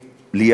להיאבק